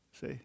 See